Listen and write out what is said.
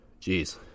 Jeez